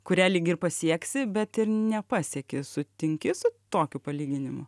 kurią lyg ir pasieksi bet ir nepaseki sutinki su tokiu palyginimu